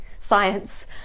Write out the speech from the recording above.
science